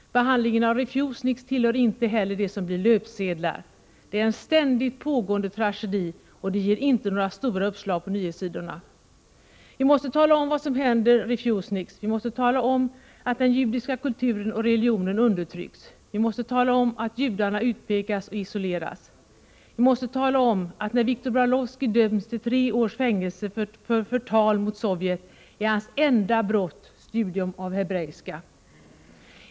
Behandlingen av refusniks tillhör inte heller det som blir löpsedlar. Det är en ständigt pågående tragedi, och den ger inte några stora uppslag på nyhetssidorna. Vi måste tala om vad som händer refusniks, vi måste tala om att den judiska kulturen och religionen undertrycks. Vi måste tala om att judarna utpekas och isoleras. Vi måste tala om att när Viktor Brailovski döms till tre års fängelse för förtal mot Sovjet är hans enda brott studium av hebreiska.